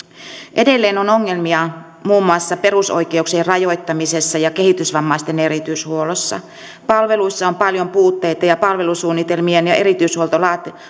edelleen on ongelmia muun muassa perusoikeuksien rajoittamisessa ja kehitysvammaisten erityishuollossa palveluissa on paljon puutteita ja palvelusuunnitelmien ja erityishuolto